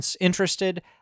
interested